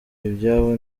ibyabo